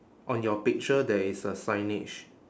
on your picture there is a signage